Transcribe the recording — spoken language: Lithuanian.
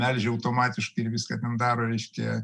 melžia automatiškai ir viską ten daro reiškia